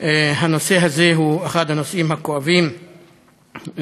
הנושא הזה הוא אחד הנושאים הכואבים ביותר.